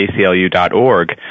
ACLU.org